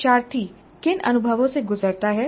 शिक्षार्थी किन अनुभवों से गुजरता है